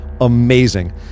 amazing